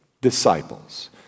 disciples